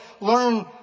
learn